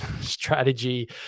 strategy